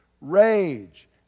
rage